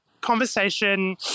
conversation